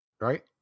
Right